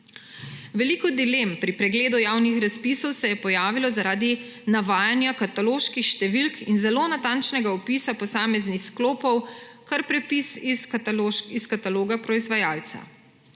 Veliko dilem pri pregledu javnih razpisov se je pojavilo zaradi navajanja kataloških številk in zelo natančnega opisa posameznih sklopov – kar prepis iz kataloga proizvajalca.